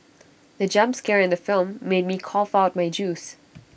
the jump scare in the film made me cough out my juice